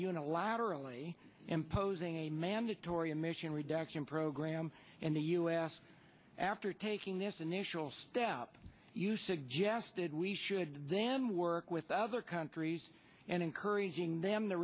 unilaterally imposing a mandatory emission reduction program in the u s after taking this initial step you suggested we should then work with other countries and encouraging them to